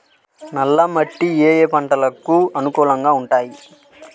నల్ల మట్టి ఏ ఏ పంటలకు అనుకూలంగా ఉంటాయి?